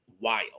wild